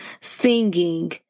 singing